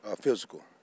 physical